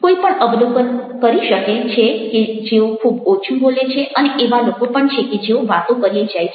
કોઈ પણ અવલોકન કરી શકે છે કે જેઓ ખૂબ ઓછું બોલે છે અને એવા લોકો પણ છે જેઓ વાતો કર્યે જાય છે